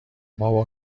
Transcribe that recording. بابا